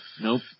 Nope